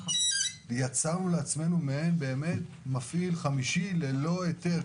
יצרנו מפעיל חמישי ללא היתר.